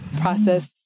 process